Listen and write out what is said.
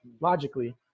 logically